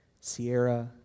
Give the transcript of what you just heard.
Sierra